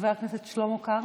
חבר הכנסת שלמה קרעי,